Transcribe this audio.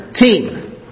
Team